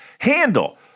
Handle